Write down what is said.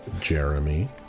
Jeremy